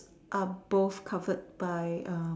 are both covered by